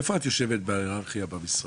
איפה את יושבת בהיררכיה במשרד?